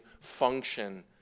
function